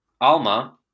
Alma